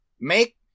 make